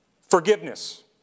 forgiveness